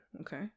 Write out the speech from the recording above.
Okay